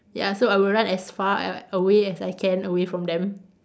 ya so I would run as far a~ away as I can away from them